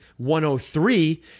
103